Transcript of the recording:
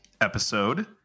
episode